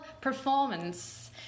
performance